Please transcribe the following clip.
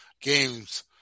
games